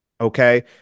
Okay